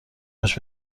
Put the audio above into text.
هاش